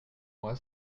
moi